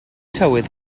tywydd